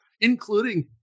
including